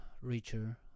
richer